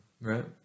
Right